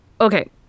Okay